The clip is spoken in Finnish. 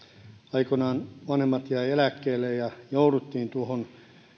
aikoinaan vanhemmat jäivät eläkkeelle ja jouduttiin tuon